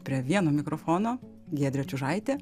prie vieno mikrofono giedrė čiužaitė